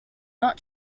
not